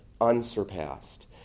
unsurpassed